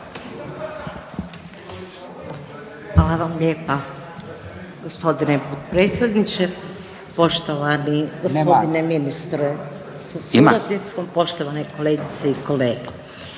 Hvala vam lijepa gospodine predsjedniče. Poštovani gospodine ministre sa suradnicom, poštovane kolegice i kolege